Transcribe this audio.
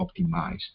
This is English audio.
optimized